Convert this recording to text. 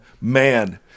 Man